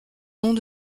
long